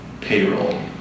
payroll